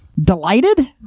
Delighted